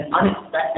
unexpected